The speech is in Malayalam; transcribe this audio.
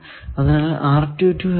അതിനാൽ എന്നത്